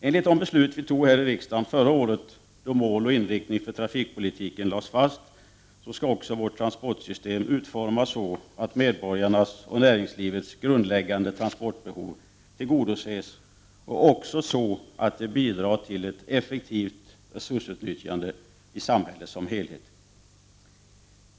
Enligt de beslut vi fattade här i riksdagen förra året då mål och inriktning för trafikpolitiken lades fast, skall också vårt transportsystem utformas så att medborgarnas och näringslivets grundläggande transportbehov tillgodoses, och så att det bidrar till ett effektivt resursutnyttjande i samhället som helhet.